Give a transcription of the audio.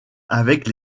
avec